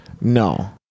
No